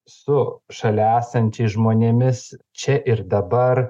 su šalia esančiais žmonėmis čia ir dabar